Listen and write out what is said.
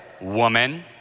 woman